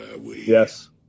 Yes